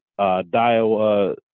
Daiwa